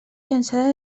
llançada